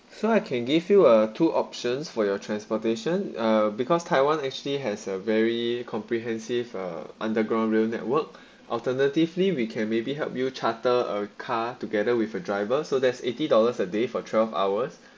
so I can give you uh two options for your transportation uh because taiwan actually has a very comprehensive uh underground rail network alternatively we can maybe help you charter a car together with a driver so there's eighty dollars a day for twelve hours